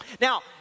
Now